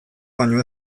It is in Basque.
baino